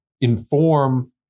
inform